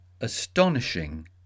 Astonishing